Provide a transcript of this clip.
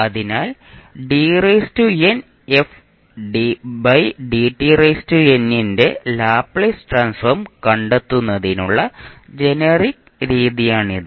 അതിനാൽ ന്റെ Laplace transform കണ്ടെത്തുന്നതിനുള്ള ജനറിക് രീതിയാണിത്